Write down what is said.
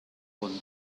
con